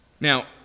Now